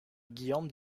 guillaume